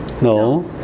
No